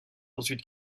ensuite